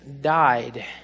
died